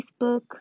Facebook